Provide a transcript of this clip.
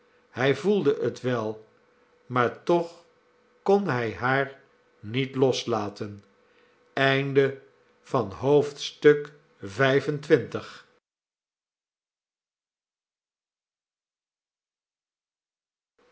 hij voelde het wel maar toch kon hij haar niet loslaten xxvi